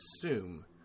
assume